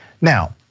Now